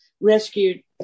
rescued